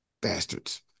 Bastards